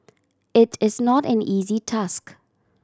it is not an easy task